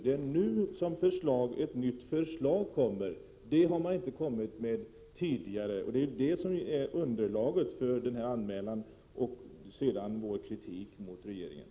Det är först nu som ett nytt förslag kommer — det har man inte kommit med tidigare och det är detta som är underlaget för denna anmälan och för vår kritik mot regeringen.